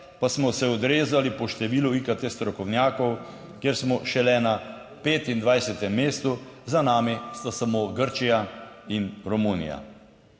pa smo se odrezali po številu IKT strokovnjakov, kjer smo šele na 25. mestu, za nami sta samo Grčija in Romunija.